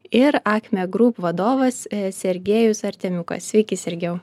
ir akme grūp vadovas sergėjus artemiukas sveiki sergėjau